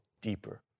deeper